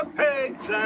pigs